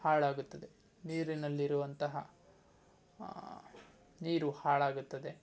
ಹಾಳಾಗುತ್ತದೆ ನೀರಿನಲ್ಲಿರುವಂತಹ ನೀರು ಹಾಳಾಗುತ್ತದೆ